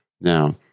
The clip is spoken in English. Now